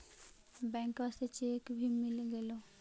बैंकवा से चेक भी मिलगेलो?